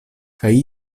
kaj